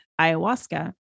ayahuasca